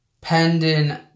pending